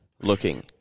looking